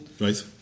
Right